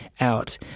out